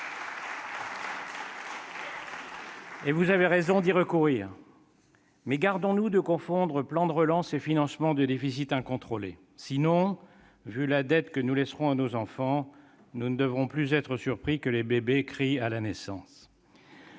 à une telle solution. Mais gardons-nous de confondre plan de relance et financement de déficits incontrôlés. Sans cela, vu la dette que nous laisserons à nos enfants, nous ne devrons plus être surpris que les bébés crient à la naissance.